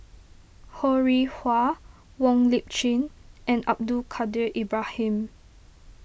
Ho Rih Hwa Wong Lip Chin and Abdul Kadir Ibrahim